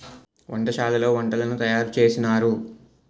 వంటశాలలో వంటలను తయారు చేసినారు